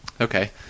Okay